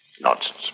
Nonsense